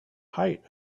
height